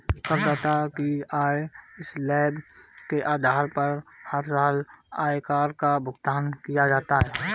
करदाता की आय स्लैब के आधार पर हर साल आयकर का भुगतान किया जाता है